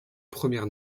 première